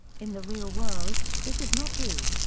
in the real world, this is not true.